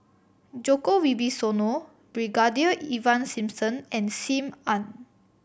Djoko Wibisono Brigadier Ivan Simson and Sim Ann